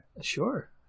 Sure